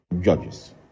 Judges